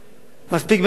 די להתלהמות,